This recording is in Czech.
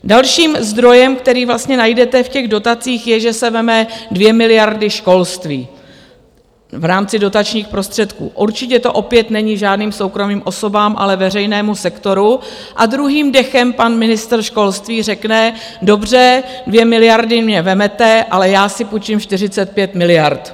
Dalším zdrojem, který najdete v těch dotacích, je, že se vezmou 2 miliardy školství v rámci dotačních prostředků určitě to opět není žádným soukromým osobám, ale veřejnému sektoru a druhým dechem pan ministr školství řekne: Dobře, 2 miliardy mně vezmete, ale já si půjčím 45 miliard.